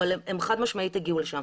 אבל הן חד משמעית הגיעו לשם.